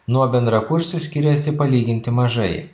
nuo bendrakursių skiriasi palyginti mažai